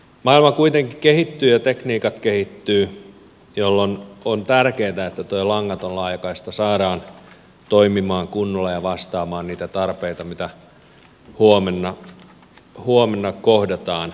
maailma kuitenkin kehittyy ja tekniikat kehittyvät jolloin on tärkeätä että tuo langaton laajakaista saadaan toimimaan kunnolla ja vastaamaan niitä tarpeita mitä tulevaisuudessa kohdataan